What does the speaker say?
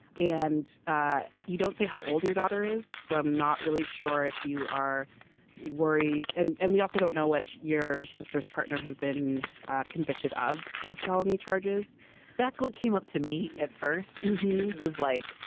and ah you don't say how old your daughter is. so i'm not really sure if you are worried. and and we also don't know what your sister's partner has been convicted of four felony charges that's what came up to me. at first, i was like,